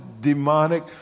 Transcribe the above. demonic